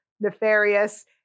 nefarious